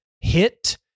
hit